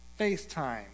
FaceTime